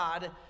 God